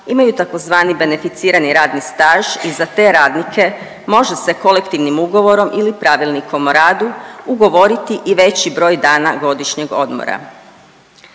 imaju tzv. beneficirani radni staž i za te radnike može se kolektivnim ugovorom ili Pravilnikom o radu ugovoriti i veći broj dana godišnjeg odmora.